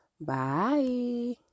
Bye